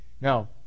Now